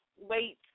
wait